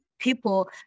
people